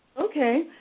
Okay